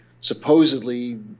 supposedly